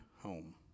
home